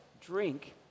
drink